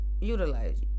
utilize